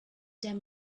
them